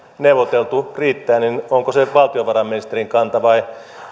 neuvoteltu riittää niin onko se valtiovarainministerin kanta vai